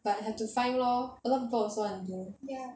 but have to find lah a lot people also want to do